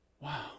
Wow